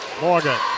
Morgan